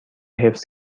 حفظ